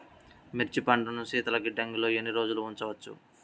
మిర్చి పంటను శీతల గిడ్డంగిలో ఎన్ని రోజులు ఉంచవచ్చు?